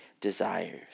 desires